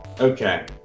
Okay